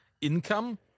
income